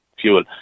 fuel